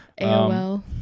AOL